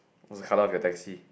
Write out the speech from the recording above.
what's the color of your taxi